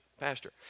pastor